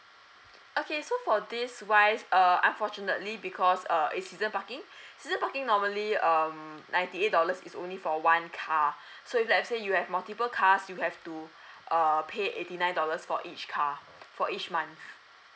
okay so for this wise uh unfortunately because uh is season parking season parking normally um ninety dollars is only for one car so if let's say you have multiple cars you have to err pay eighty nine dollars for each car for each month